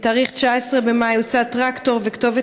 בתאריך ה-19 במאי הוצת טרקטור וכתובת